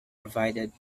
provided